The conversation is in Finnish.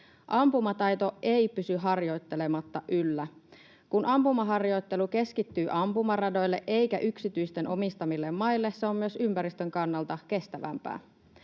Ampumataito ei pysy harjoittelematta yllä. Kun ampumaharjoittelu keskittyy ampumaradoille eikä yksityisten omistamille maille, se on myös ympäristön kannalta kestävämpää.